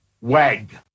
wag